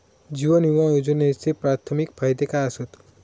जीवन विमा योजनेचे प्राथमिक फायदे काय आसत?